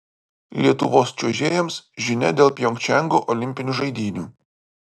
lietuvos čiuožėjams žinia dėl pjongčango olimpinių žaidynių